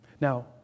Now